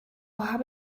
habe